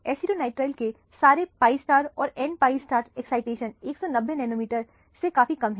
acetonitrile के सारे pi pi और n pi एक्साइटेशन 190 नैनोमीटर से काफी कम है